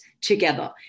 together